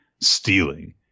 stealing